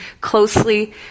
closely